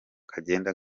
kagenda